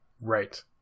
Right